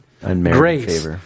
grace